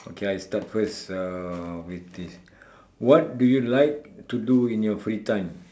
okay I start first uh with this what do you like to do in your free time